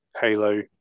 Halo